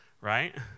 Right